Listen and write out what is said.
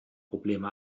probleme